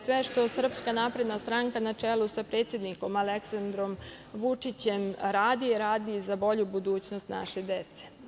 Sve što SNS, na čelu sa predsednikom Aleksandrom Vučićem radi, radi za bolju budućnost naše dece.